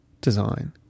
design